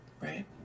right